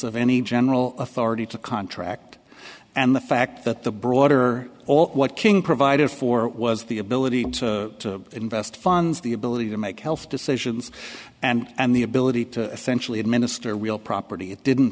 general authority to contract and the fact that the broader all what king provided for was the ability to invest funds the ability to make health decisions and the ability to essentially administer real property it didn't